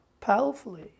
powerfully